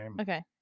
Okay